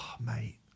Mate